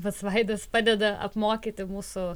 pats vaidas padeda apmokyti mūsų